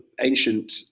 ancient